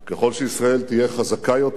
ככל שישראל תהיה חזקה יותר,